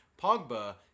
Pogba